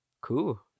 cool